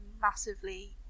massively